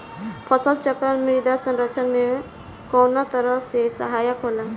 फसल चक्रण मृदा संरक्षण में कउना तरह से सहायक होला?